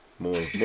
More